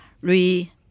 re